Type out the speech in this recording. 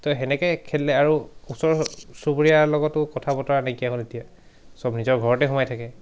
তো তেনেকৈ খেলে আৰু ওচৰ চুবুৰীয়াৰ লগতো কথা বতৰা নাইকিয়া হ'ল এতিয়া চব নিজৰ ঘৰতে সোমাই থাকে